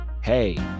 hey